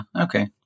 Okay